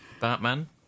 batman